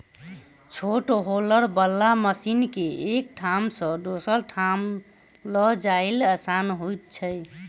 छोट हौलर बला मशीन के एक ठाम सॅ दोसर ठाम ल जायब आसान होइत छै